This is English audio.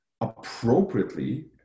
appropriately